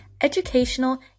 educational